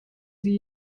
sie